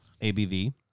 ABV